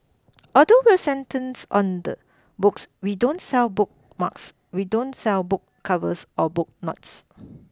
although we're centres on the books we don't sell bookmarks we don't sell book covers or bookmarks